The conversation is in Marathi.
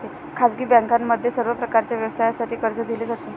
खाजगी बँकांमध्येही सर्व प्रकारच्या व्यवसायासाठी कर्ज दिले जाते